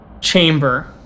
chamber